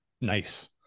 nice